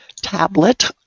tablet